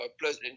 plus